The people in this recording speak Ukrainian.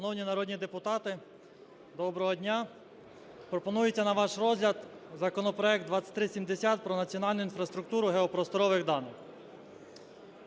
Шановні народні депутати, доброго дня! Пропонується на ваш розгляд законопроект 2370 про національну інфраструктуру геопросторових даних.